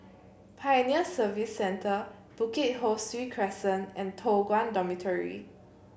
Pioneer Service Centre Bukit Ho Swee Crescent and Toh Guan Dormitory